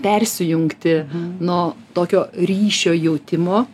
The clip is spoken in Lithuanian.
persijungti nuo tokio ryšio jautimo